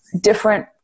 different